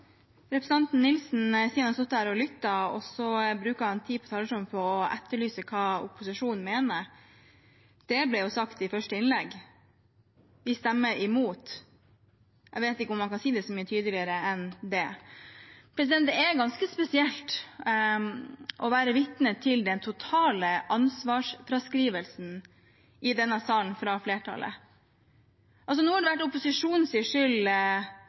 Representanten Nilsen sier han har stått her og lyttet, og så bruker han tid på talerstolen på å etterlyse hva opposisjonen mener. Det ble jo sagt i første innlegg. Vi stemmer imot. Jeg vet ikke om man kan si det så mye tydeligere enn det. Det er ganske spesielt å være vitne til den totale ansvarsfraskrivelsen fra flertallet i denne salen. Nå har det vært opposisjonens skyld